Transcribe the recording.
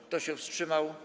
Kto się wstrzymał?